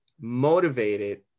motivated